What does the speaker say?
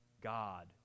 God